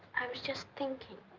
i was just thinking.